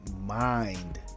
mind